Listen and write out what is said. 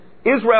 Israel